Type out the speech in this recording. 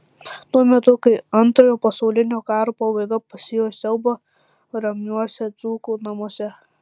tuo metu kai antrojo pasaulinio karo pabaiga pasėjo siaubą ramiuose dzūkų namuose